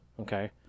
Okay